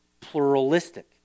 pluralistic